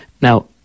Now